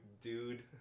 dude